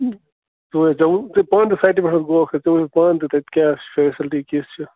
ژو ژٕےٚ وَن ژٕ ہہ پانہٕ تہِ سایٹہِ پٮ۪ٹھ گوکھ ژےٚ وٕچھتھ پانہٕ تہِ تَتہِ کیٛاہ چھِ فٮ۪سلٹی کِژھ چھِ